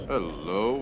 Hello